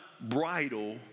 bridle